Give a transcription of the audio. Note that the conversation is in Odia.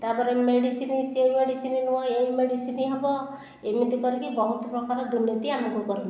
ତା'ପରେ ମେଡିସିନ ସେ ମେଡିସିନ ନୁହେଁ ଏହି ମେଡିସିନ ହେବ ଏମିତି କରିକି ବହୁତ ପ୍ରକାର ଦୁର୍ନୀତି ଆମକୁ କରନ୍ତି